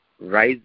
rise